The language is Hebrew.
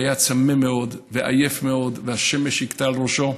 היה צמא מאוד ועייף מאוד, והשמש הכתה על ראשו,